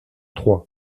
trois